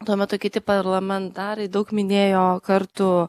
tuo metu kiti parlamentarai daug minėjo kartų